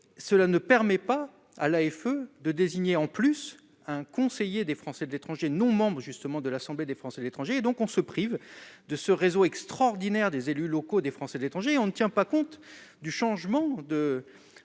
cela ne permet pas à l'AFE de désigner en plus un conseiller des Français de l'étranger non membres justement de l'Assemblée des Français de l'étranger et donc on se prive de ce réseau extraordinaire des élus locaux, des Français de l'étranger, on ne tient pas compte du changement de